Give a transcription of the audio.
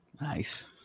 Nice